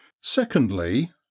Secondly